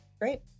Great